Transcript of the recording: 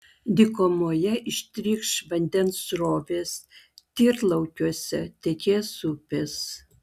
dykumoje ištrykš vandens srovės tyrlaukiuose tekės upės